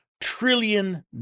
trillion